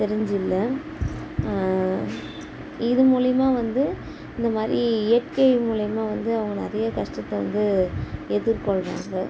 தெரிஞ்சு இல்லை இது மூலியமாக வந்து இந்த மாதிரி இயற்கை மூலியமாக வந்து அவங்க நிறையா கஷ்டத்தை வந்து எதிர்கொள்ளுறாங்க